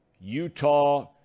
Utah